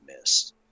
missed